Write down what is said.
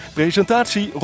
presentatie